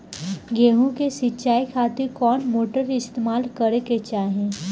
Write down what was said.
गेहूं के सिंचाई खातिर कौन मोटर का इस्तेमाल करे के चाहीं?